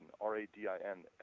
r-a-d-i-n